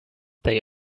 they